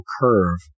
curve